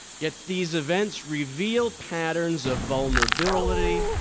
yet these events reveal patterns of vulnerability,